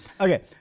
Okay